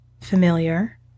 familiar